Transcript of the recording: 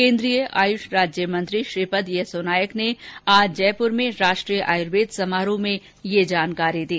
केन्द्रीय आयुष राज्य मंत्री श्रीपद येसो नाइक ने आज जयपुर में राष्ट्रीय आयुर्वेद समारोह में ये जानकारी दी